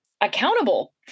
accountable